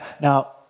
Now